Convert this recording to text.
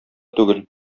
түгел